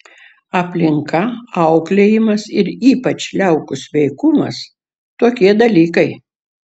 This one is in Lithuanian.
aplinka auklėjimas ir ypač liaukų sveikumas tokie dalykai